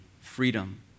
freedom